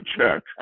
check